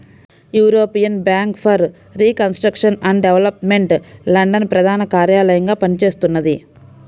European bank for reconstruction and development London ప్రధాన కార్యాలయంగా పనిచేస్తున్నది